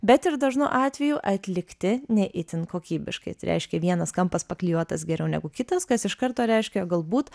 bet ir dažnu atveju atlikti ne itin kokybiškai tai reiškia vienas kampas paklijuotas geriau negu kitas kas iš karto reiškia galbūt